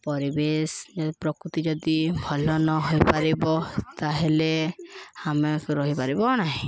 ପରିବେଶ ପ୍ରକୃତି ଯଦି ଭଲ ନ ହେଇପାରିବ ତାହେଲେ ଆମେ ରହିପାରିବ ନାହିଁ